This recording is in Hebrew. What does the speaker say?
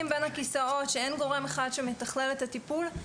בין הכיסאות ושאין גורם אחד שמתכלל את הטיפול.